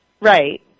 Right